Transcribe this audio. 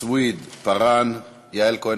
סויד, יעל כהן-פארן,